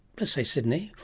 let's say sydney,